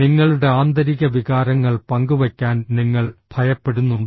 നിങ്ങളുടെ ആന്തരിക വികാരങ്ങൾ പങ്കുവയ്ക്കാൻ നിങ്ങൾ ഭയപ്പെടുന്നുണ്ടോ